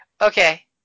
okay